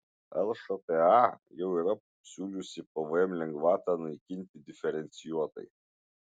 lšta jau yra siūliusi pvm lengvatą naikinti diferencijuotai